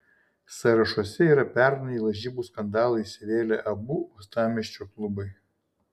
sąrašuose yra pernai į lažybų skandalą įsivėlę abu uostamiesčio klubai